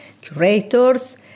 curators